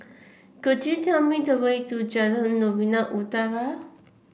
could you tell me the way to Jalan Novena Utara